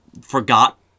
forgot